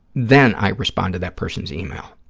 then i respond to that person's yeah e-mail,